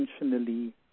intentionally